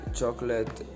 chocolate